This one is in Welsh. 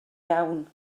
iawn